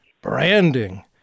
branding